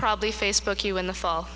probably facebook you in the fall